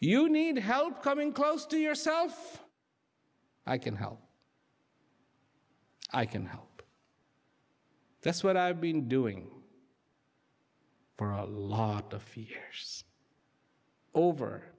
you need help coming close to yourself i can help i can help that's what i've been doing for a lot of over